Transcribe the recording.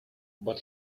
but